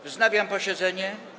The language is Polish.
Wznawiam posiedzenie.